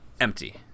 empty